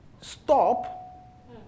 stop